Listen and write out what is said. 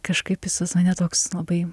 kažkaip jis pas mane toks labai